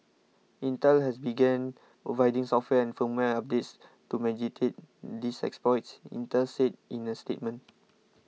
Intel has began providing software and firmware updates to mitigate these exploits Intel said in a statement